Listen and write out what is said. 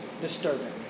disturbing